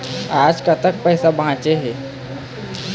आज कतक पैसा बांचे हे?